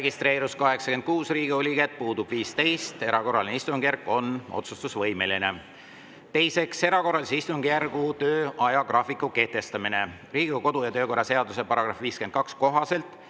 registreerus 86 Riigikogu liiget, puudub 15. Erakorraline istungjärk on otsustusvõimeline. Teiseks, erakorralise istungjärgu töö ajagraafiku kehtestamine. Riigikogu kodu‑ ja töökorra seaduse § 52 kohaselt